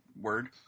word